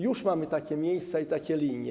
Już mamy takie miejsca i takie linie.